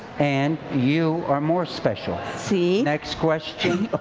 and you are more special. see? next question.